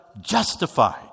justified